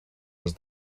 was